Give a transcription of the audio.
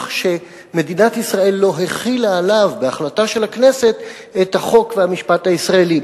שמדינת ישראל לא החילה עליו בהחלטה של הכנסת את החוק והמשפט הישראליים.